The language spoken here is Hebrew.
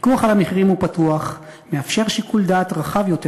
הפיקוח על המחירים הוא פתוח ומאפשר שיקול דעת רחב יותר,